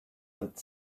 that